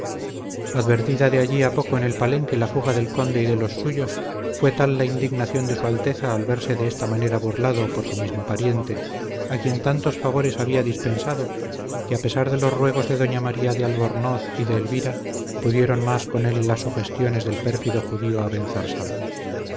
advertida de allí a poco en el palenque la fuga del conde y de los suyos fue tal la indignación de su alteza al verse de esta manera burlado por su mismo pariente a quien tantos favores había dispensado que a pesar de los ruegos de doña maría de albornoz y de elvira pudieron más con él las sugestiones del pérfido judío abenzarsal